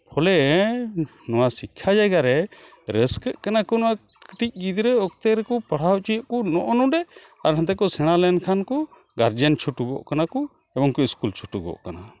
ᱯᱷᱚᱞᱮ ᱱᱚᱣᱟ ᱥᱤᱠᱠᱷᱟ ᱡᱟᱭᱜᱟ ᱨᱮ ᱨᱟᱹᱥᱠᱟᱹᱜ ᱠᱟᱱᱟ ᱠᱚ ᱱᱚᱣᱟ ᱠᱟᱹᱴᱤᱡ ᱜᱤᱫᱽᱨᱟᱹ ᱚᱠᱛᱮ ᱨᱮᱠᱚ ᱯᱟᱲᱦᱟᱣ ᱦᱚᱪᱚᱭᱮᱫ ᱠᱩ ᱱᱚᱜᱼᱚ ᱱᱚᱸᱰᱮ ᱟᱨ ᱚᱱᱛᱮ ᱠᱚ ᱥᱮᱬᱟ ᱞᱮᱱᱠᱷᱟᱢᱱ ᱠᱩ ᱜᱟᱨᱡᱮᱱ ᱪᱷᱩᱴᱩᱜᱤᱜ ᱠᱟᱱᱟ ᱠᱩ ᱮᱵᱚᱝ ᱠᱚ ᱥᱠᱩᱞ ᱪᱷᱩᱴᱩᱜᱚᱜ ᱠᱟᱱᱟ